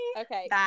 Okay